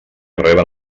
reben